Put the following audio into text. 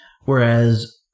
whereas